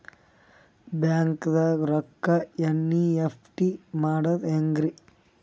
ಬ್ಯಾಂಕ್ದಾಗ ರೊಕ್ಕ ಎನ್.ಇ.ಎಫ್.ಟಿ ಮಾಡದ ಹೆಂಗ್ರಿ?